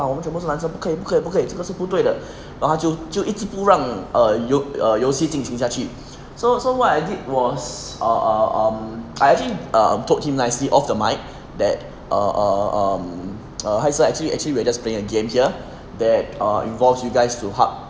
ah 我们全部是男生不可以不可以不可以这个是不对的然后他就就一直不让 err 游 err 游戏进行下去 so so what I did was err um um I actually told him nicely off the mic that err err um hi sir actually actually we're just playing a game here that err involves you guys to hug